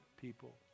people